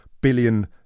billion